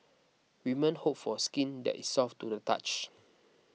women hope for skin that is soft to the touch